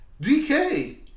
DK